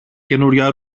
καινούρια